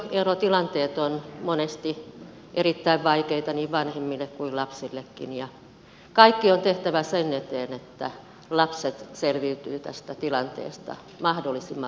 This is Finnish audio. avioerotilanteet ovat monesti erittäin vaikeita niin vanhemmille kuin lapsillekin ja kaikki on tehtävä sen eteen että lapset selviytyvät tästä tilanteesta mahdollisina